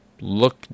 look